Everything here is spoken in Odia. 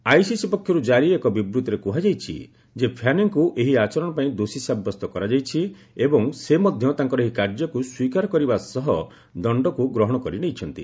ଆଇସିସି ପକ୍ଷରୁ କାରି ଏକ ବିବୃଭିରେ କୁହାଯାଇଛି ଯେ ଫ୍ୟାନିଙ୍କୁ ଏହି ଆଚରଣ ପାଇଁ ଦୋଷୀ ସାବ୍ୟସ୍ତ କରାଯାଇଛି ଏବଂ ସେ ମଧ୍ୟ ତାଙ୍କର ଏହି କାର୍ଯ୍ୟକୁ ସ୍ୱୀକାର କରିବା ସହ ଦଣ୍ଡକୁ ଗ୍ରହଣ କରିନେଇଛନ୍ତି